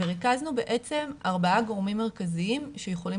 ריכזנו בעצם ארבעה גורמים מרכזיים שיכולים